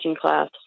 class